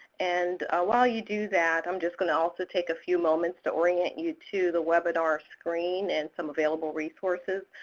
and while you do that, im um just going to also take a few moments to orient you to the webinar screen and some available resources.